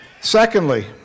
Secondly